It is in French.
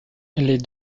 les